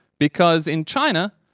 because in china,